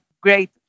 great